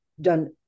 done